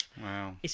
Wow